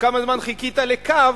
וכמה זמן חיכית לקו,